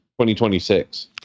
2026